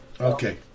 Okay